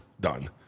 Done